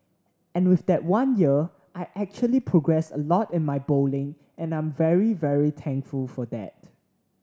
and with that one year I actually progressed a lot in my bowling and I'm very very thankful for that